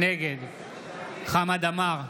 נגד חמד עמאר,